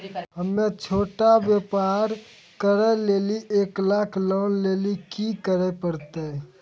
हम्मय छोटा व्यापार करे लेली एक लाख लोन लेली की करे परतै?